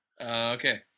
okay